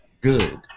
good